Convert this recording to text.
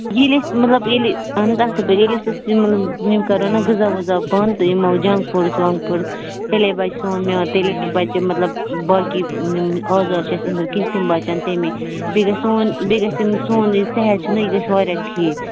ییٚلہِ أسۍ مطلب ییٚلہِ اَہَن حظ اَصٕل پٲٹھۍ ییٚلہِ أسۍ أسۍ یِمہٕ یِم کَرو نا غذا ؤذا بَنٛد تہٕ یِمَو جَنک فُڈٕز وَنٛک فُڈٕ تیٚلے بَچہِ سون میادٕ تیٚلے بَچہِ مطلب باقٕے یِم آزار چھِ اَسہِ أندٕرۍ کِنۍ تِم بَچَن تمی بیٚیہِ گژھِ سون بیٚیہِ گژھِ یِم سون یہِ صحت چھِنہٕ یہِ گژھِ واریاہ ٹھیٖک